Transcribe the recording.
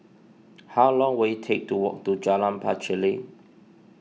how long will it take to walk to Jalan Pacheli